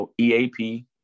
EAP